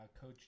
Coach